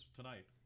tonight